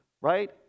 right